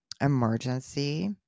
emergency